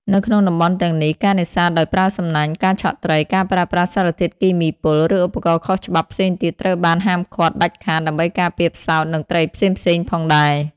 នៅក្នុងតំបន់ទាំងនេះ ការនេសាទដោយប្រើសំណាញ់ ការឆក់ត្រី ការប្រើប្រាស់សារធាតុគីមីពុល ឬឧបករណ៍ខុសច្បាប់ផ្សេងទៀតត្រូវបានហាមឃាត់ដាច់ខាត ដើម្បីការពារផ្សោតនិងត្រីផ្សេងៗផងដែរ។